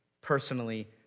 personally